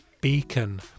beacon